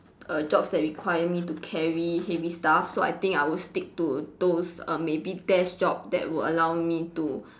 err jobs that require me to carry heavy stuff so I think I would stick to those err maybe desk job that will allow me to